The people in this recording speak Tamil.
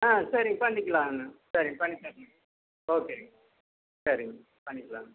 ஆ சரி பண்ணிக்கலாங்க சரி பண்ணித்தரேங்க ஓகேங்க சரிங்க பண்ணிக்கலாங்க